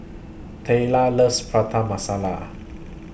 Taliyah loves Prata Masala